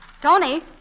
Tony